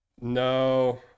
no